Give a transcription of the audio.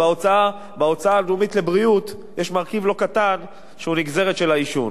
בהוצאה הלאומית על בריאות יש מרכיב לא קטן שהוא נגזרת של העישון.